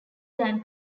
than